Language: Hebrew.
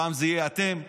פעם זה יהיה אתכם,